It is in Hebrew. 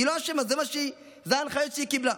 היא לא אשמה, אלה ההנחיות שהיא קיבלה.